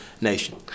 nation